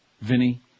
Vinny